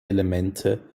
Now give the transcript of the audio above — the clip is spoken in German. elemente